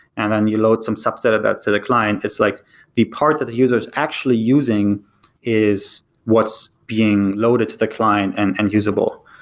and then you load some subset of that to the client, it's like the part of the users actually using is what's being loaded the client and and usable.